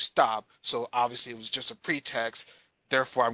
stop so obviously it was just a pretext therefore i